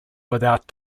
without